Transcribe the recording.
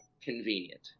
convenient